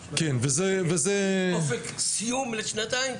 אופק סיום לשנתיים?